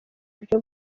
buryo